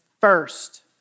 first